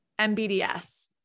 MBDS